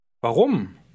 Warum